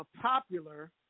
Popular